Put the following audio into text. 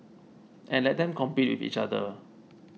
and let them compete with each other